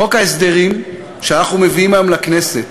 חוק ההסדרים שאנחנו מביאים היום לכנסת